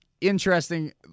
interesting